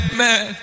man